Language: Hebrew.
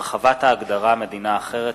(הרחבת ההגדרה מדינה אחרת),